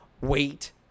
wait